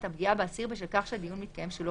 את הפגיעה באסיר בשל כך שהדיון מתקיים שלא